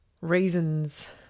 reasons